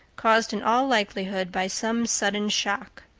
caused in all likelihood by some sudden shock.